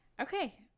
okay